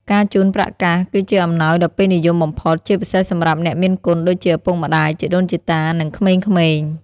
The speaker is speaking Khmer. ការជូនប្រាក់កាស គឺជាអំណោយដ៏ពេញនិយមបំផុត ជាពិសេសសម្រាប់អ្នកមានគុណដូចជា ឪពុកម្តាយ ជីដូនជីតា និងក្មេងៗ។